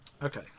Okay